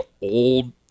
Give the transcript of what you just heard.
old